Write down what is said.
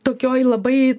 tokioj labai